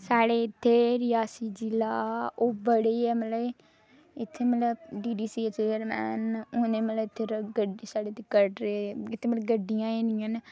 साढ़े इत्थै रियासी जिला ओह् बड़े गै मतलब इत्थै मतलब डीडीसी चेयरमै होने मतलब साढ़े इत्थै मतलब गड्डियां इन्नियां न